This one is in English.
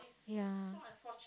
ya